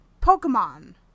Pokemon